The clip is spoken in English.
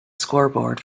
scoreboard